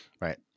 Right